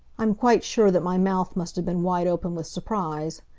i'm quite sure that my mouth must have been wide open with surprise.